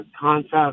concept